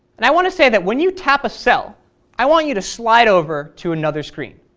and i want to say that when you tap a cell i want you to slide over to another screen.